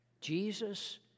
Jesus